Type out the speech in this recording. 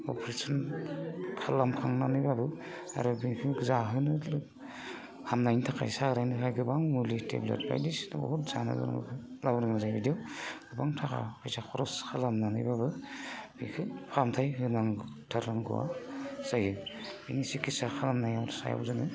operation खालामखांनानैब्लाबो आरो बेखौ जाहोनो हामनायनि थाखाय गोबां मुलि टेब्लेट बायदिसिनाखौ जानो गोनांखौ लाबोनो गोनां जायो बिदियाव गोबां थाखा फैसा खरस खालामनानैब्लाबो बेखौ फाहामथाय होथारनांगौआ जायो बिनि सिकित्सा खालामनाय सायाव जोङो